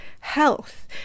health